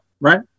right